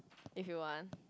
if you want